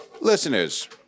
Listeners